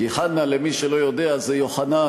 כי חנא, למי שלא יודע, זה יוחנן,